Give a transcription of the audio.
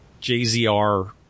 JZR